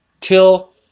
till